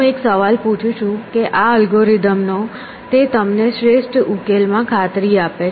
હું એક સવાલ પૂછું છું કે આ એલ્ગોરિધમનો તે તમને શ્રેષ્ઠ ઉકેલમાં ખાતરી આપે છે